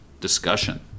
discussion